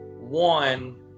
one